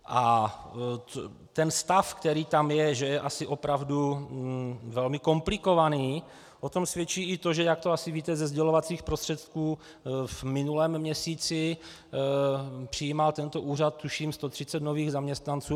A o tom, že stav, který tam je, je opravdu asi velmi komplikovaný, svědčí i to, jak to asi víte ze sdělovacích prostředků, v minulém měsíci přijímal tento úřad tuším 130 nových zaměstnanců.